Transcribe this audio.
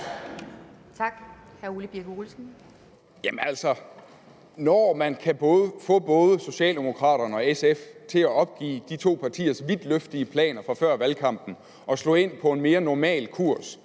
når man kan få både Socialdemokraterne og SF til at opgive de to partiers vidtløftige planer fra før valgkampen og få dem til at slå ind på en mere normal kurs